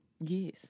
Yes